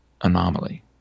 anomaly